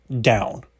down